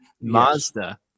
Mazda